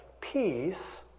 peace